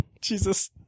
Jesus